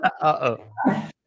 Uh-oh